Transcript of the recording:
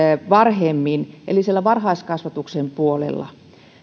varhemmin eli siellä varhaiskasvatuksen puolella